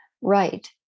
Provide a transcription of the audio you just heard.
right